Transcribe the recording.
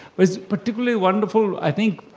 but it's particularly wonderful, i think,